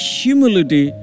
humility